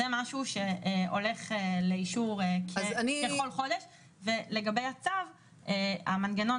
זה משהו שהולך לאישור כל חודש ולגבי הצו המנגנון